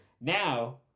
Now